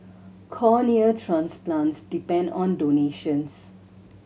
cornea transplants depend on donations